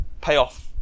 payoff